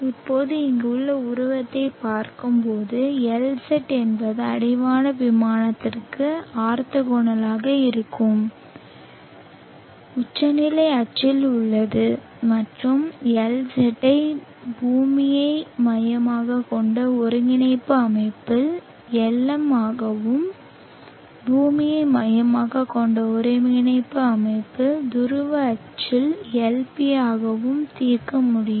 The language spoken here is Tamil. இப்போது இங்குள்ள உருவத்தைப் பார்க்கும்போது Lz என்பது அடிவான விமானத்திற்கு ஆர்த்தோகனலாக இருக்கும் உச்சநிலை அச்சில் உள்ளது மற்றும் Lz ஐ பூமியை மையமாகக் கொண்ட ஒருங்கிணைப்பு அமைப்பில் Lm ஆகவும் பூமியை மையமாகக் கொண்ட ஒருங்கிணைப்பு அமைப்பு துருவ அச்சில் Lp ஆகவும் தீர்க்க முடியும்